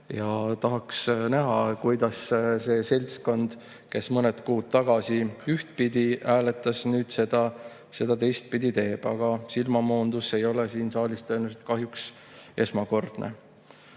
Tahaks näha, kuidas see seltskond, kes mõned kuud tagasi ühtpidi hääletas, nüüd seda teistpidi teeb. Aga silmamoondus ei ole siin saalis kahjuks esmakordne.